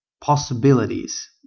possibilities